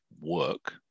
work